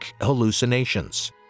hallucinations